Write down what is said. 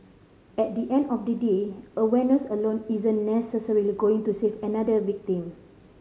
at the end of the day awareness alone isn't necessarily going to save another victim